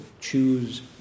choose